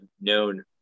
known